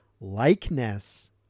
likeness